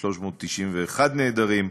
4,391 נעדרים.